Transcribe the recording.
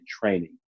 training